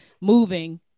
moving